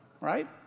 Right